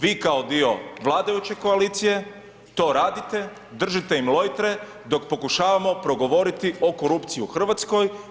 Vi kao dio vladajuće koalicije to radite, držite im lojtre dok pokušavamo progovoriti o korupciji u Hrvatskoj.